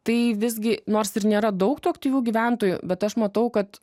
tai visgi nors ir nėra daug tų aktyvių gyventojų bet aš matau kad